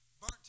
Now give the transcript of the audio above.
Burnt